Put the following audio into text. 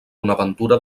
bonaventura